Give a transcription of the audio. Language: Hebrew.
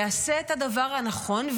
יעשה את הדבר הנכון,